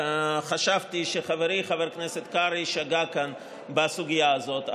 חשבתי שחברי חבר הכנסת קרעי שגה כאן בסוגיה הזאת.